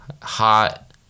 Hot